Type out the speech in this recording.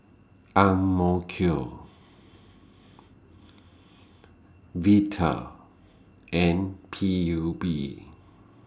M O Q Vital and P U B